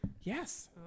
Yes